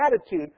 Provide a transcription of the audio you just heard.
attitude